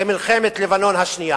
למלחמת לבנון השנייה,